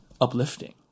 uplifting